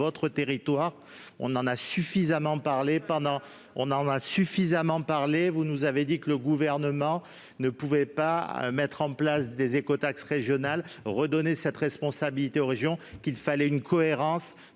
territoire. Nous en avons suffisamment parlé ; vous nous avez dit que le Gouvernement ne pouvait pas mettre en place des écotaxes régionales et donner cette responsabilité aux régions et qu'il fallait une cohérence en